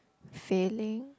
failing